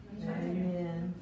Amen